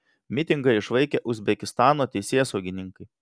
mitingą išvaikė uzbekistano teisėsaugininkai